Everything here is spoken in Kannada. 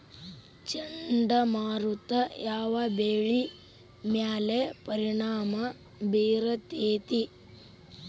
ಚಂಡಮಾರುತ ಯಾವ್ ಬೆಳಿ ಮ್ಯಾಲ್ ಪರಿಣಾಮ ಬಿರತೇತಿ?